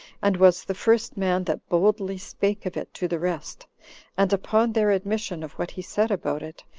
and was the first man that boldly spake of it to the rest and upon their admission of what he said about it,